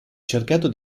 cercato